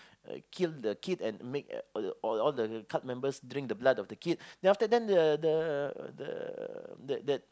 kill the kid and make uh all all the cult members drink the blood of the kid the the the the